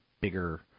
bigger